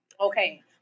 okay